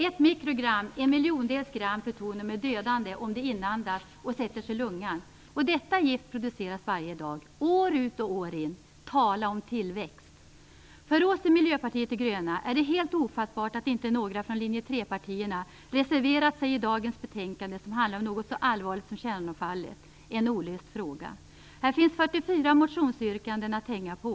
Ett mikrogram, en miljondels gram, plutonium är dödande om det inandas och sätter sig i lungan. Detta gift produceras varje dag - år ut och år in. Tala om tillväxt! För oss i Miljöpartiet de gröna är det helt ofattbart att inte någon från linje 3-partierna reserverat sig i dagens betänkande, som handlar om något så allvarligt som kärnavfallet - en olöst fråga. Här finns 44 motionsyrkanden att hänga på.